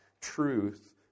truth